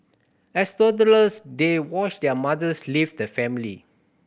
as toddlers they watched their mothers leave the family